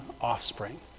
offspring